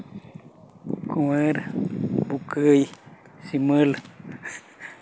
ᱠᱩᱣᱟᱹᱨ ᱵᱩᱠᱟᱹᱭ ᱥᱤᱢᱟᱹᱞ